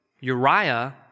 Uriah